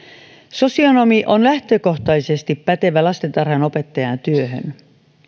sosionomi on lähtökohtaisesti pätevä lastentarhanopettajan työhön